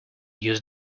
use